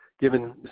given